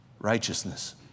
Righteousness